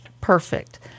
perfect